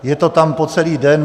Je to tam po celý den.